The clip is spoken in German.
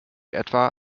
etwa